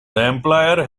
employer